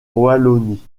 wallonie